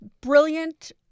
brilliant